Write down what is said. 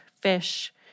fish